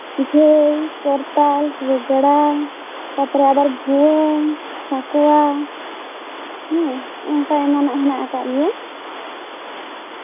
ᱡᱷᱟᱹᱭ ᱠᱚᱨᱛᱟᱞ ᱨᱮᱜᱽᱲᱟ ᱛᱟᱨᱯᱚᱨᱮ ᱵᱷᱩᱣᱟᱹᱝ ᱥᱟᱸᱠᱣᱟ ᱦᱮᱸ ᱚᱱᱠᱟ ᱮᱢᱟᱱᱟᱜ ᱦᱮᱱᱟᱜ ᱟᱠᱟᱜ ᱜᱮᱭᱟ